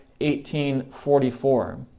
1844